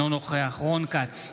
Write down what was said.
אינו נוכח רון כץ,